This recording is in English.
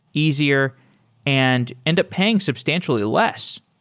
easier and end up paying substantially less.